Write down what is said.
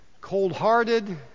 cold-hearted